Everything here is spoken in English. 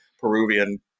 Peruvian